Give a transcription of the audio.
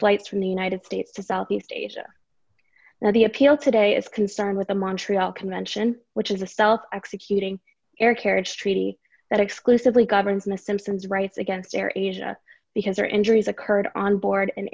flights from the united states to southeast asia now the appeal today is concerned with the montreal convention which is a self executing air carriage treaty that exclusively governs miss simpson's rights against air asia because their injuries occurred on board an